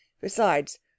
Besides